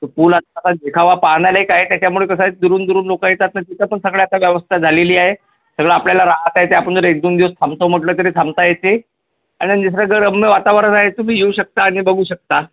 तो पूल आता देखावा पाहण्यालायक आहे त्याच्यामुळे कसं आहे दुरून दुरून लोक येतात ना तिथं पण सगळ्या आता व्यवस्था झालेली आहे सगळं आपल्याला राहता येते आपण जरी एक दोन दिवस थांबतो म्हटलं तरी थांबता येते आणि निसर्गरम्य वातावरण आहे तुम्ही येऊ शकता आणि बघू शकता